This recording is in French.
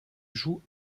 joug